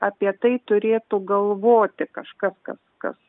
apie tai turėtų galvoti kažkas kas kas